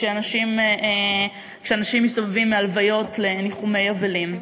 כשאנשים מסתובבים מהלוויות לניחומי אבלים.